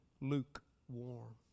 lukewarm